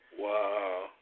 Wow